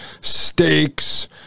steaks